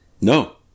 no